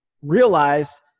Realize